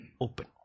open